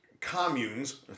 communes